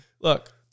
Look